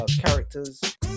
characters